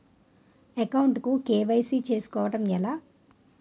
Account కు KYC చేసుకోవడం ఎలా?